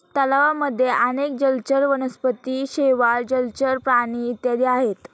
तलावांमध्ये अनेक जलचर वनस्पती, शेवाळ, जलचर प्राणी इत्यादी आहेत